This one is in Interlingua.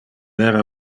era